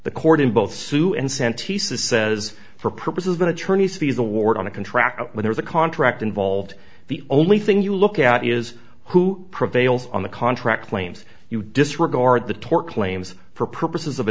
the court in both sue and sente says says for purposes of an attorney's fees award on a contract when there's a contract involved the only thing you look at is who prevails on the contract claims you disregard the tort claims for purposes of a